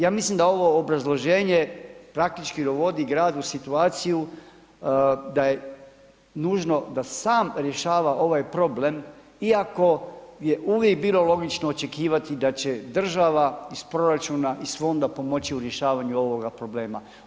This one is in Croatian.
Ja mislim da ovo obrazloženje praktički dovodi grad u situaciju da je nužno da sam rješava ovaj problem iako je uvijek bilo logično očekivati da će država iz proračuna iz fonda pomoći u rješavanju ovoga problema.